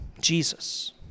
Jesus